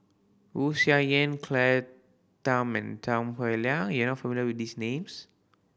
Wu Tsai Yen Claire Tham and Tan Howe Liang you are familiar with these names